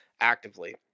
actively